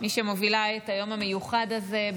מי שמובילה את היום המיוחד הזה.